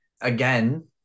Again